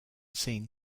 seen